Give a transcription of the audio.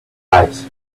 eyes